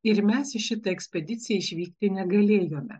ir mes į mes į šitą ekspediciją išvykti negalėjome